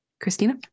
Christina